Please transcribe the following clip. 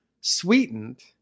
sweetened